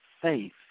faith